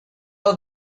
out